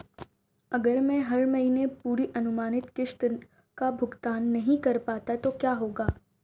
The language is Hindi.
अगर मैं हर महीने पूरी अनुमानित किश्त का भुगतान नहीं कर पाता तो क्या होगा?